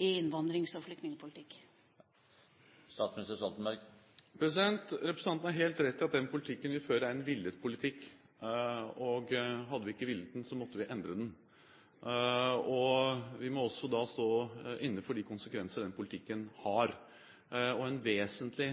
i innvandrings- og flyktningpolitikk. Representanten har helt rett i at den politikken vi fører, er en villet politikk. Og hadde vi ikke villet den, måtte vi ha endret den. Vi må også da stå inne for de konsekvenser den politikken har. En vesentlig